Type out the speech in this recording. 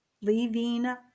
leaving